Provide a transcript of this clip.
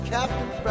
Captain